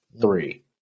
three